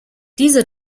diese